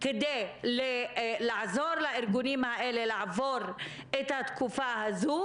כדי לעזור לארגונים האלה לעבור את התקופה הזו,